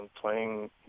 playing